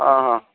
ஆ ஆ